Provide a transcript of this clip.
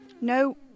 No